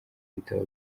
ibitabo